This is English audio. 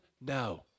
now